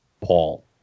Paul